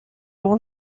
all